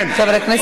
כי אתם נגד,